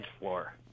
floor